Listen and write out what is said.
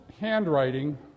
handwriting